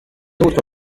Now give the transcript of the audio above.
autre